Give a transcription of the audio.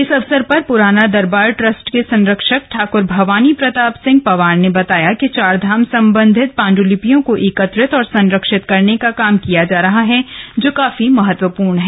इस अवसर पर पुराना दरबार ट्रस्ट के संरक्षक ठाक्र भवानी प्रताप सिंह पँवार ने बताया कि चारधाम संबंधित पांड्लिपियों को एकत्रित और संरक्षित करने का काम किया जा रहा है जो काफी महत्वपूर्ण है